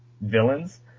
villains